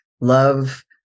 love